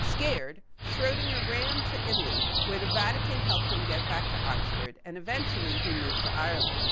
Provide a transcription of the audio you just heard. scared, schrodinger ran to italy, where the vatican helped him get back to oxford, and, eventually, he moved to ireland.